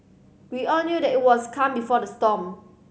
we all knew that it was calm before the storm